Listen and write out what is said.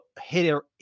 hitter